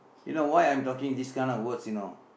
you know why I am talking these kind of words you know